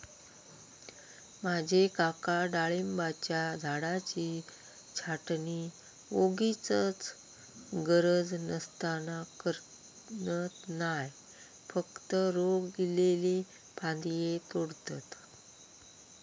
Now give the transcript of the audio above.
माझे काका डाळिंबाच्या झाडाची छाटणी वोगीचच गरज नसताना करणत नाय, फक्त रोग इल्लले फांदये तोडतत